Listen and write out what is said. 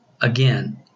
again